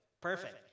Perfect